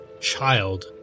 Child